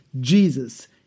Jesus